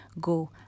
go